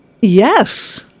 Yes